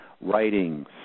writing